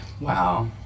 Wow